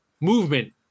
movement